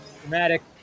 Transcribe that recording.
Dramatic